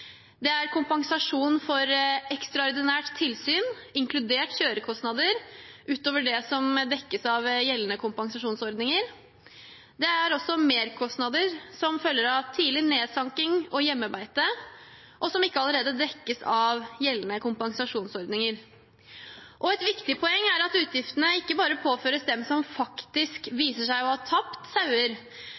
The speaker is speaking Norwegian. Det er kompensasjon for ekstraordinært tilsyn, inkludert kjørekostnader, utover det som dekkes av gjeldende kompensasjonsordninger. Det er også merkostnader som følger av tidlig nedsanking og hjemmebeite, og som ikke allerede dekkes av gjeldende kompensasjonsordninger. Et viktig poeng er at utgiftene ikke bare påføres dem som faktisk viser seg å ha tapt sauer,